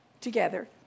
together